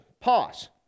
Pause